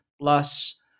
plus